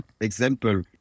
example